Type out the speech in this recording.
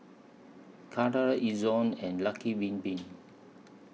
Karcher Ezion and Lucky Bin Bin